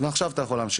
ועכשיו אתה יכול להמשיך.